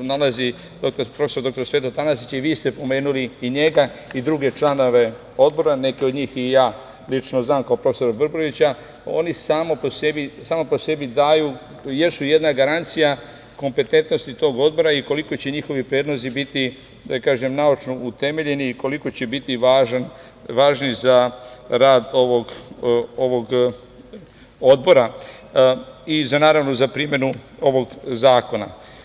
nalazi prof. dr Sveto Tanasić, i vi ste pomenuli i njega i druge članove odbora, neke od njih i ja lično znam kao profesora ..., oni sami po sebi jesu jedna garancija kompetentnosti tog Odbora i koliko će njihovi predlozi biti naučno utemeljeni, koliko će biti važni za rad ovog odbora i naravno za primenu ovog zakona.